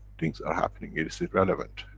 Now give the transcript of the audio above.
things are happening, here is irrelevant.